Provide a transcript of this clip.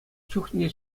чухне